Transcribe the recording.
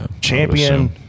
Champion